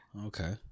Okay